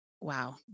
Wow